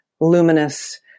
luminous